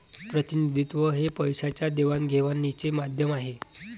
प्रतिनिधित्व हे पैशाच्या देवाणघेवाणीचे माध्यम आहे